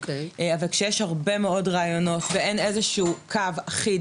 אבל כשיש הרבה מאוד רעיונות ואין איזשהו קו אחיד